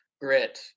grit